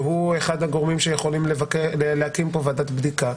שהוא אחד הגורמים שיכולים להקים פה ועדת בדיקה.